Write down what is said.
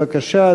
בבקשה,